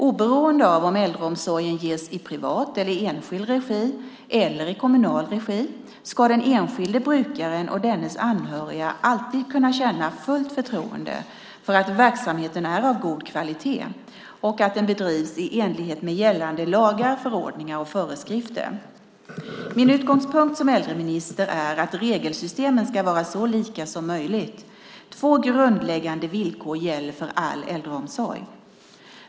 Oberoende av om äldreomsorgen ges i privat/enskild regi eller i kommunal regi ska den enskilde brukaren och dennes anhöriga alltid kunna känna fullt förtroende för att verksamheten är av god kvalitet och att den bedrivs i enlighet med gällande lagar, förordningar och föreskrifter. Min utgångspunkt som äldreminister är att regelsystemen ska vara så lika som möjligt. Två grundläggande villkor gäller för all äldreomsorg.